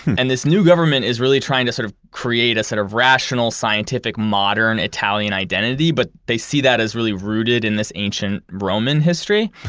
and this new government is really trying to sort of create a set of rational, scientific, modern italian identity, but they see that as really rooted in this ancient roman history.